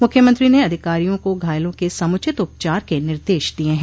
मुख्यमंत्री ने अधिकारिया को घायलों के समुचित उपचार के निर्देश दिये हैं